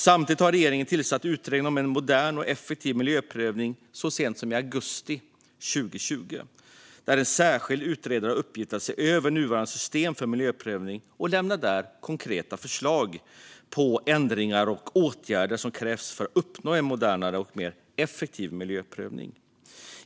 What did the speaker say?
Samtidigt tillsatte regeringen en utredning om en modern och effektiv miljöprövning så sent som i augusti 2020, där en särskild utredare har i uppgift att se över nuvarande system för miljöprövning och lämna konkreta förslag på ändringar och åtgärder som krävs för att uppnå en modernare och mer effektiv miljöprövning.